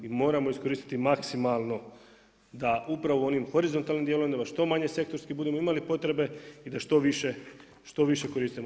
Mi moramo iskoristiti maksimalno da upravo onim horizontalnim dijelom, da ga što manje sektorski budemo imali potrebe i da što više koristimo.